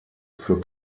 für